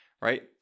right